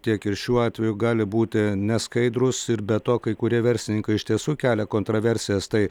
tiek ir šiuo atveju gali būti neskaidrūs ir be to kai kurie verslininkai iš tiesų kelia kontraversijas tai